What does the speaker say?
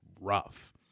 rough